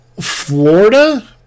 Florida